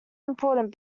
important